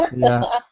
no.